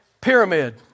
pyramid